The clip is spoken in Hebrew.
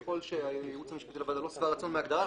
ככל שהייעוץ המשפטי לוועדה לא שבע רצון מההגדרה,